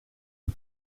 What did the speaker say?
une